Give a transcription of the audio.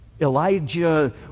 Elijah